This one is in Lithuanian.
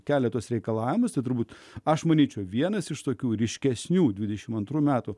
keletas reikalavusi turbūt aš manyčiau vienas iš tokių ryškesnių dvidešim antrų metų